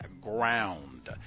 Ground